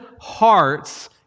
hearts